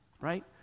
Right